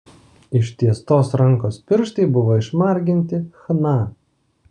ištiestos rankos pirštai buvo išmarginti chna